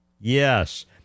yes